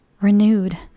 renewed